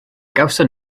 gawson